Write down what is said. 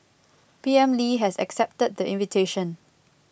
P M Lee has accepted the invitation